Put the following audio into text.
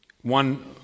One